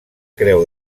creu